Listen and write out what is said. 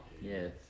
Yes